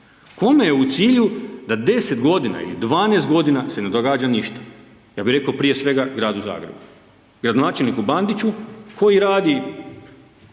Kome je u cilju da 10 godina ili 12 godina se ne događa ništa. Ja bih rekao prije svega gradu Zagrebu, gradonačelniku Bandiću koji radi